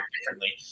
differently